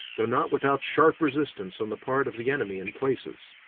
though not without sharp resistance on the part of the enemy in places.